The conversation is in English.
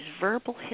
verbal